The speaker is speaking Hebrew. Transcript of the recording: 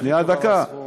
שנייה, דקה.